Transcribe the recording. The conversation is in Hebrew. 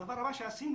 הדבר הבא שעשינו,